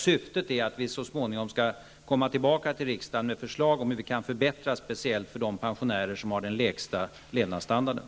Syftet är ju att vi så småningom skall komma tillbaka till riksdagen med förslag om hur vi kan åstadkomma förbättringar speciellt för de pensionärer som har den lägsta levnadsstandarden.